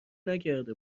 نکرده